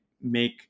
make